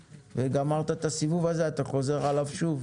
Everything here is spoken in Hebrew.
וגמרת את הסיבוב הזה ואתה חוזר עליו שוב,